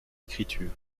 écriture